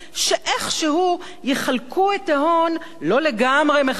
שאיכשהו יחלקו את ההון לא לגמרי מחדש,